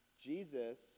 Jesus